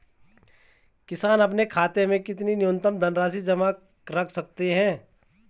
किसान अपने खाते में कितनी न्यूनतम धनराशि जमा रख सकते हैं?